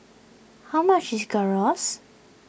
how much is Gyros